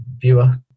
viewer